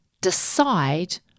decide